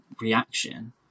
reaction